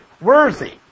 worthy